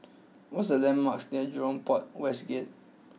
what are the landmarks near Jurong Port West Gate